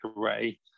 array